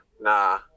nah